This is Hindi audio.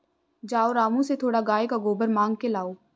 जाओ रामू से थोड़ा गाय का गोबर मांग के लाओ